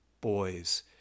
boys